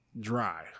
dry